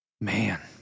Man